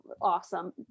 awesome